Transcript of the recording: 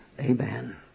amen